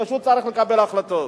פשוט צריך לקבל החלטות.